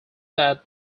that